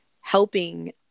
helping